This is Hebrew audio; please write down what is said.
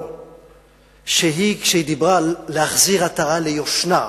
שכשהיא דיברה על להחזיר עטרה ליושנה,